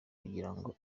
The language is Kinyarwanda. kugirango